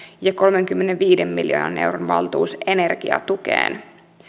ja kolmenkymmenenviiden miljoonan euron valtuus energiatukeen